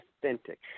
authentic